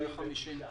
ל-50%.